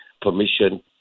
permission